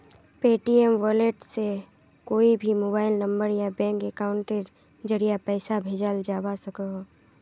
Paytm wallet से कोए भी मोबाइल नंबर या बैंक अकाउंटेर ज़रिया पैसा भेजाल जवा सकोह